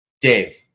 Dave